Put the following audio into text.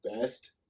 best